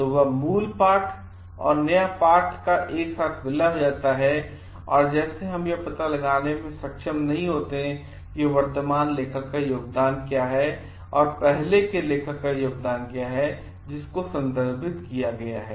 तो वह मूल पाठ और नया पाठ एक साथ विलय हो जाता है और जैसे हम यह पता करने में सक्षम नहीं होते हैं कि वर्तमान लेखक का योगदान क्या है और पहले के लेखक का योगदान क्या है जिसको संदर्भित किया गया है